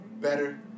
better